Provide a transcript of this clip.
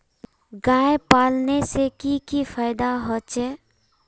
गाय पालने से की की फायदा होचे?